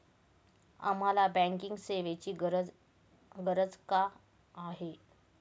आम्हाला बँकिंग सेवेची गरज का आहे?